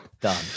Done